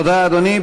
תודה, אדוני.